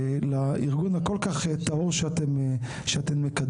לארגון הכול כך טהור שאתן מקדמות.